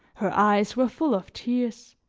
her eyes were full of tears,